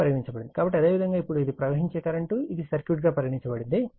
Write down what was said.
కాబట్టి అదేవిధంగా ఇప్పుడు ఇది ప్రవహించే కరెంట్ ఇది సర్క్యూట్ గా పరిగణించబడుతుంది